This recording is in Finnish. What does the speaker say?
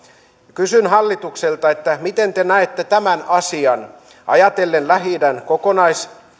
kysyn hallitukselta miten te näette tämän asian ajatellen lähi idän